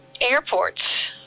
airports